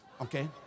okay